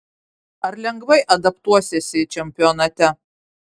ar lengvai adaptuosiesi čempionate